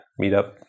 meetup